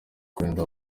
kurinda